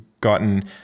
gotten